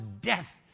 death